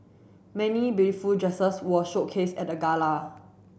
many beautiful dresses were showcased at the gala